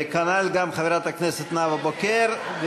וכנ"ל גם חברת הכנסת נאוה בוקר.